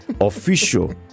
official